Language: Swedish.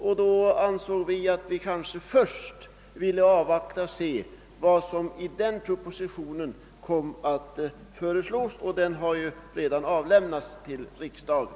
Av den anledningen ansåg vi oss först böra avvakta och se vad som skulle komma att föreslås i denna proposition, som också numera har avlämnats till riksdagen.